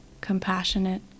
compassionate